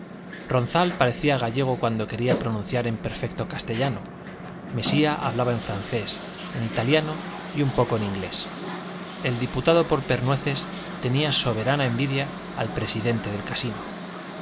ronzal parecía gallego cuando quería pronunciar en perfecto castellano mesía hablaba en francés en italiano y un poco en inglés el diputado por pernueces tenía soberana envidia al presidente del casino